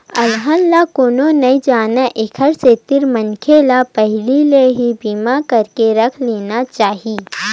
अलहन ला कोनो नइ जानय ओखरे सेती मनखे ल पहिली ले ही बीमा करवाके रख लेना चाही